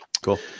cool